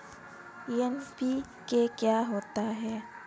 NPK क्या होता है?